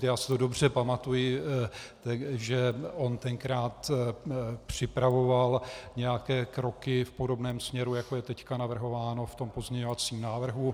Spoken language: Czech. Já si dobře pamatuji, že on tenkrát připravoval nějaké kroky v podobném směru, jako je teď navrhováno v tom pozměňovacím návrhu.